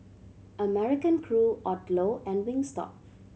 American Crew Odlo and Wingstop